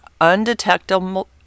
undetectable